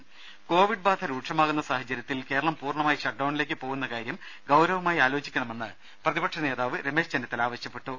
ദേഴ കോവിഡ് ബാധ രൂക്ഷമാകുന്ന സാഹചര്യത്തിൽ കേരളം പൂർണ്ണമായി ഷട്ട് ഡൌണിലേക്ക് പോകുന്ന കാര്യം ഗൌരവമായി ആലോചിക്കണമെന്ന് പ്രതിപക്ഷ നേതാവ് രമേശ് ചെന്നിത്തല ആവശ്യപ്പെട്ടു